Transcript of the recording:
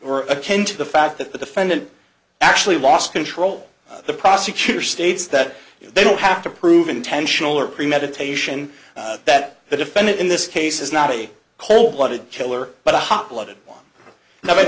attend to the fact that the defendant actually lost control the prosecutor states that they don't have to prove intentional or premeditation that the defendant in this case is not a cold blooded killer but